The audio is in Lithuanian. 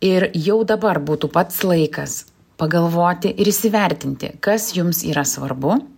ir jau dabar būtų pats laikas pagalvoti ir įsivertinti kas jums yra svarbu